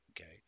Okay